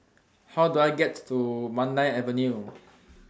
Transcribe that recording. How Do I get to Mandai Avenue